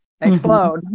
explode